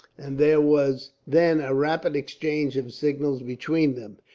and there was then a rapid exchange of signals between them.